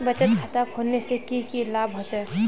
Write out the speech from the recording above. बचत खाता खोलने से की की लाभ होचे?